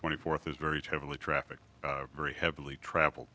twenty fourth is very heavily trafficked very heavily travel